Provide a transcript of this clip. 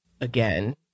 again